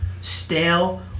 stale